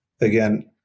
Again